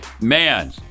Man